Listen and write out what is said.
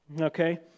Okay